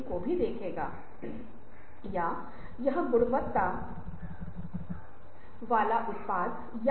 तो आप देखते हैं कि वास्तविकता को समझने की यह इच्छा उस विशेष क्षण में है